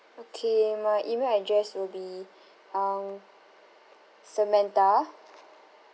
okay my email address will be um samantha